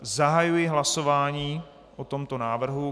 Zahajuji hlasování o tomto návrhu.